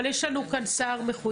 אבל יש פה שלושה שרים.